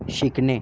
शिकणे